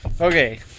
Okay